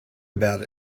about